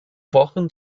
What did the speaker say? wochen